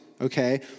Okay